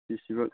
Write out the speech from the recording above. बेसेबां